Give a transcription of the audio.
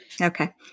Okay